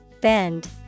Bend